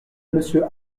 monsieur